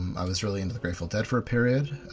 i was really into the grateful dead, for a period.